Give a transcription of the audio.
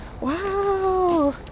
Wow